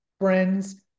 friends